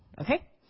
Okay